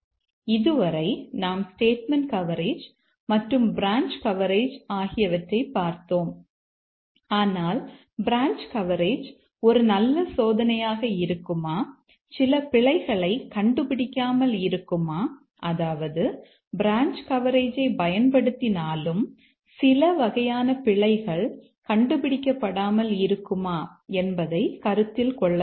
இதுவரை நாம் statement coverage மற்றும் பிரான்ச் கவரேஜ் ஆகியவற்றைப் பார்த்தோம் ஆனால் பிரான்ச் கவரேஜ் ஒரு நல்ல சோதனையாக இருக்குமா சில பிழைகளை கண்டுபிடிக்காமல் இருக்குமா அதாவது பிரான்ச் கவரேஜை பயன்படுத்தினாலும் சில வகையான பிழைகள் கண்டுபிடிக்கப்படாமல் இருக்குமா என்பதை கருத்தில் கொள்ள வேண்டும்